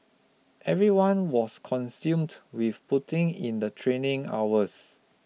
everyone was consumed with putting in the training hours